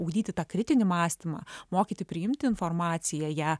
ugdyti tą kritinį mąstymą mokyti priimti informaciją ją